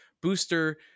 Booster